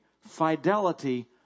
Fidelity